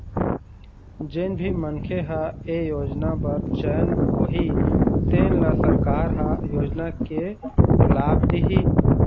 जेन भी मनखे ह ए योजना बर चयन होही तेन ल सरकार ह योजना के लाभ दिहि